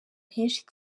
henshi